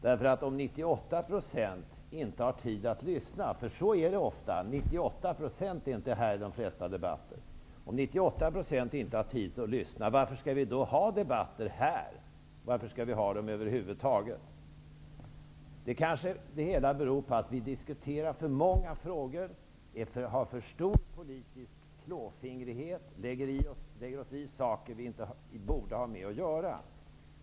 Det är ofta som 98 % av ledamöterna inte är här och lyssnar på debatterna. Om 98 % inte har tid att lyssna, varför skall det då vara debatter här och varför skall de över huvud taget finnas? Det hela kanske beror på att vi diskuterar för många frågor, utövar för stor politisk klåfingrighet och lägger oss i saker som vi inte har att göra med.